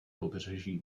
pobřeží